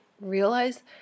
realize